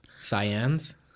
Cyan's